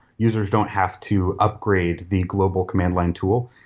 users don't have to upgrade the global command line tool,